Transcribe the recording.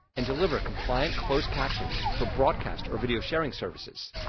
and deliver compliant closed captions for broadcast or video sharing services.